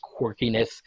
quirkiness